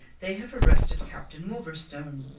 they have arrested captain wolverstone.